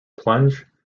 plunge